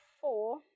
four